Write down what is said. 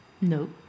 No